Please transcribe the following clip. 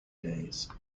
days